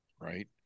right